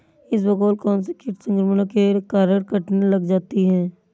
इसबगोल कौनसे कीट संक्रमण के कारण कटने लग जाती है?